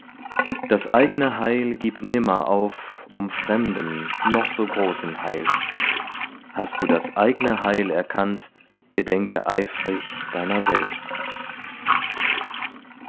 das eigne heil gib nimmer auf um fremden noch so großen heils hast du das eigne heil erkannt gedenke eifrig deiner selbst